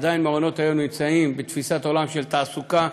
עדיין מעונות היום נמצאים בתפיסת עולם של תעסוקה,